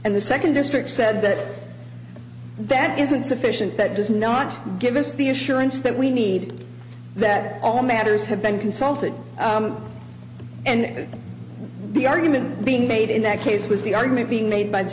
and the second district said that that isn't sufficient that does not give us the assurance that we need that all matters have been consulted and the argument being made in that case was the argument being made by the